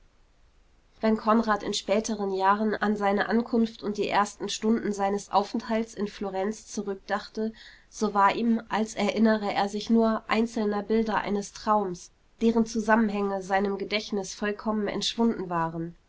wenn konrad in späteren jahren an seine ankunft und die ersten stunden seines aufenthalts in florenz zurückdachte so war ihm als erinnere er sich nur einzelner bilder eines traums deren zusammenhänge seinem gedächtnis vollkommen entschwunden waren